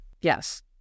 Yes